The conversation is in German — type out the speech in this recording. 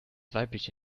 weibliche